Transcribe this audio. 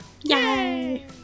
Yay